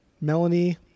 Melanie